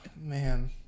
man